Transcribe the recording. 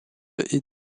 est